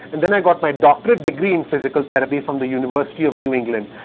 and then i got my doctorate degree in physical therapy from the university of new england.